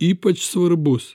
ypač svarbus